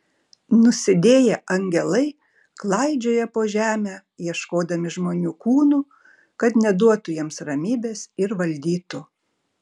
nusidėję angelai klaidžioja po žemę ieškodami žmonių kūnų kad neduotų jiems ramybės ir valdytų